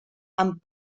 amb